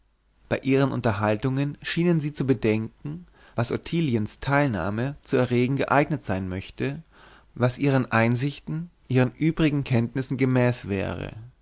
bei ihren unterhaltungen schienen sie zu bedenken was ottiliens teilnahme zu erregen geeignet sein möchte was ihren einsichten ihren übrigen kenntnissen gemäß wäre